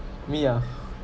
me ah